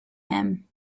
him